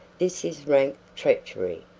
this is rank treachery.